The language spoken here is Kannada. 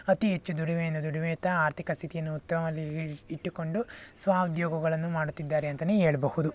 ಅತಿ ಹೆಚ್ಚು ದುಡಿಮೆಯನ್ನು ದುಡಿಮೆತ್ತ ಆರ್ಥಿಕ ಸ್ಥಿತಿಯನ್ನು ಉತ್ತಮಲ್ಲಿ ಇಟ್ಟುಕೊಂಡು ಸ್ವ ಉದ್ಯೋಗಗಳನ್ನು ಮಾಡುತ್ತಿದ್ದಾರೆ ಅಂತಾನೆ ಹೇಳ್ಬಹುದು